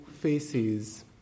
faces